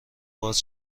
باز